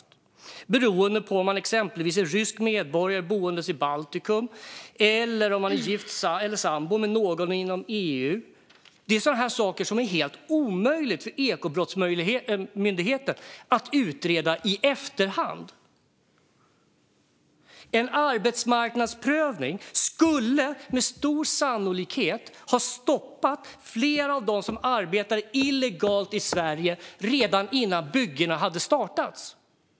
Det är olika beroende på om man exempelvis är rysk medborgare boende i Baltikum eller om man är gift eller sambo med någon inom EU, och sådana saker är helt omöjliga för Ekobrottsmyndigheten att utreda i efterhand. En arbetsmarknadsprövning skulle med stor sannolikhet ha stoppat flera av dem som arbetar illegalt i Sverige redan innan byggena startades.